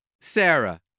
Sarah